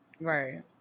Right